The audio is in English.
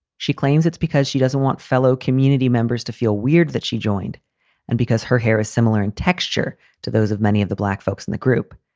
she claims it's because she doesn't want fellow community members to feel weird that she joined and because her hair is similar in texture to those of many of the black folks in the group.